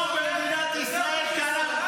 נתניהו אויב יותר